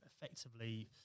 effectively